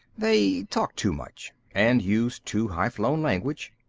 they talk too much and use too high-flown language.